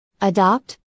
Adopt